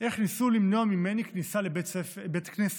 איך ניסו למנוע ממני כניסה לבית כנסת,